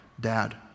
Dad